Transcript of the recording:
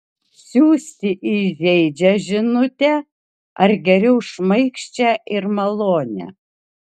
siųsti įžeidžią žinutę ar geriau šmaikščią ir malonią